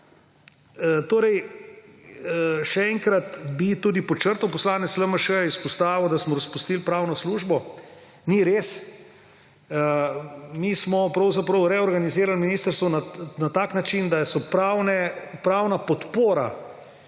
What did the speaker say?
zajete. Še enkrat bi tudi podčrtal, poslanec LMŠ-ja je izpostavil, da smo razpustili pravno službo. Ni res. Mi smo pravzaprav reogranizirali ministrstvo na tak način, da so pravna podpora